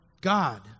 God